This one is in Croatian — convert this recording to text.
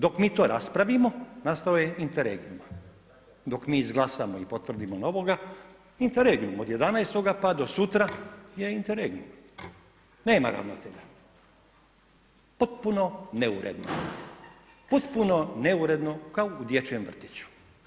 Dok mi to raspravimo nastavio je interregnum, dok mi izglasamo i potvrdimo novoga, interregnum od 11. pa do sutra je interregnum, nema ravnatelja, potpuno neuredno, potpuno neuredno kao u dječjem vrtiću.